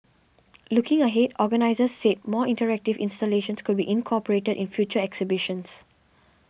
looking ahead organisers said more interactive installations could be incorporated in future exhibitions